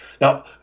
Now